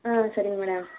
ஆ சரிங்க மேடம்